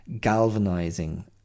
galvanizing